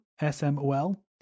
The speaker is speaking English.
S-M-O-L